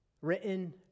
Written